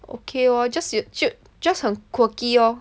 okay lor just you 就 just 很 quirky lor